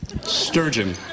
sturgeon